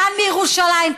כאן מירושלים,